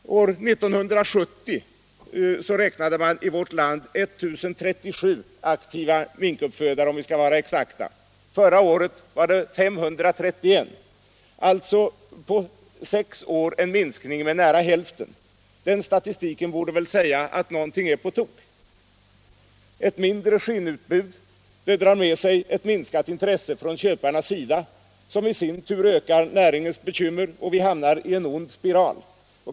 År 1970 räknade man i vårt land 1037 aktiva minkuppfödare, om vi skall vara exakta. Förra året var det 531, alltså en minskning med nära hälften på sex år. Den statistiken borde väl säga oss, att något är på tok. Ett mindre skinnutbud drar med sig ett minskat intresse från köparnas sida, som i sin tur ökar näringens bekymmer, och vi hamnar i en ond spiral.